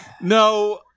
No